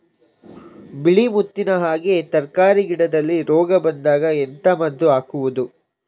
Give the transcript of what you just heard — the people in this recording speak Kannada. ಬಿಳಿ ಮುತ್ತಿನ ಹಾಗೆ ತರ್ಕಾರಿ ಗಿಡದಲ್ಲಿ ರೋಗ ಬಂದಾಗ ಎಂತ ಮದ್ದು ಹಾಕುವುದು?